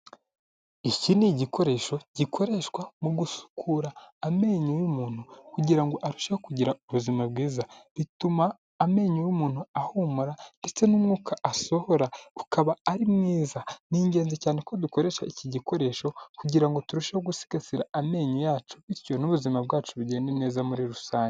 Iki n’igikoresho gikoreshwa mu gusukura amenyo y'umuntu, kugira ngo arusheho kugira ubuzima bwiza. Bituma amenyo y'umuntu ahumura ndetse n'umwuka asohora ukaba ari mwiza. N’ingenzi cyane ko dukoresha iki gikoresho kugira turusheho gusigasira amenyo yacu, bityo n'ubuzima bwacu bugende neza muri rusange.